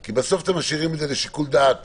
כי בסוף אתם משאירים את זה לשיקול דעת